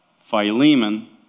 Philemon